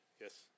Yes